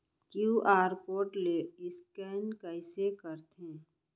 QR code ले scan कइसे करथे?